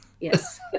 yes